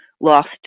lost